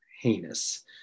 heinous